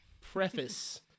preface